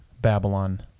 Babylon